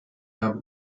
habe